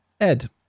Ed